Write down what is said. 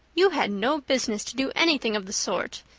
you had no business to do anything of the sort.